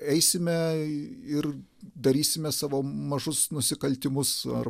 eisime ir darysime savo mažus nusikaltimus ar